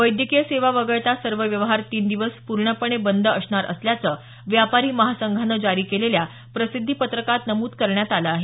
वैद्यकीय सेवा वगळता सर्व व्यवहार तीन दिवस पूर्णपणे बंद असणार असल्याचं व्यापारी महासंघानं जारी केलेल्या प्रसिद्धी पत्रकात नमूद करण्यात आलं आहे